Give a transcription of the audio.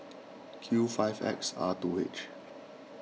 Q five X R two H